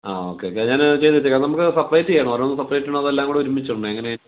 ആ ഒക്കെ ഒക്കെ ഞാൻ ചെയ്തു വെച്ചേക്കാം നമുക്ക് സപ്പറേറ്റ് ചെയ്യണോ ഓരോന്നും സെപ്പറേറ്റ് ചെയ്യണോ അതോ എല്ലാം കൂടെ ഒരുമിച്ചിടണോ എങ്ങനെ